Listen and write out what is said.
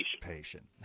Patient